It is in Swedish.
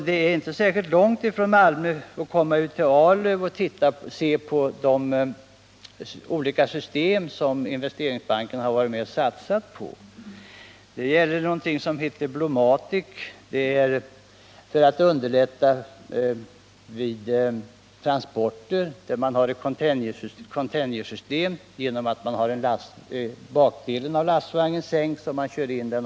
Det är inte särskilt långt från Malmö till Arlöv, där man kan se på något av de olika system som Investeringsbanken varit med och satsat på, t.ex. ett containersystem, Blomatic, som används för att underlätta vid transporter — genom att sänka bakdelen på en lastvagn kan man köra in under en container och på det sättet lyfta upp denna på vagnen.